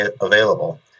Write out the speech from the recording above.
available